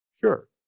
sure